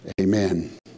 Amen